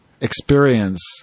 experience